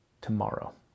tomorrow